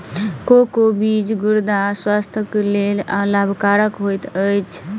cocoa बीज गुर्दा स्वास्थ्यक लेल लाभकरक होइत अछि